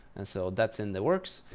and so that's in the works.